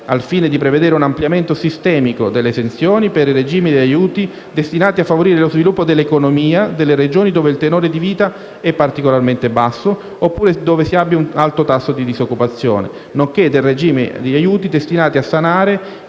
al fine di prevedere un ampliamento sistemico delle esenzioni per i regimi di aiuti destinati a favorire lo sviluppo dell'economia delle Regioni dove il tenore di vita è particolarmente basso, oppure dove si abbia un alto tasso di disoccupazione, nonché del regime di aiuti destinati a sanare